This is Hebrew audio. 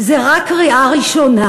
זה רק קריאה ראשונה,